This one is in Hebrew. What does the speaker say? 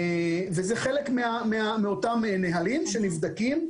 זה חלק מאותם נהלים שנבדקים,